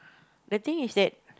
the things is that